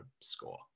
score